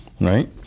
Right